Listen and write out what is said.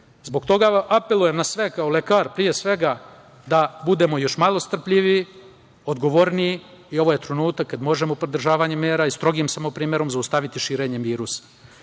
toga apelujem na sve, kao lekar pre svega, da budemo još malo strpljivi, odgovorniji, jer ovo je trenutak kada možemo pridržavanjem mera i strogim samoprimerom zaustaviti širenje virusa. Neće